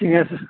Singheshwar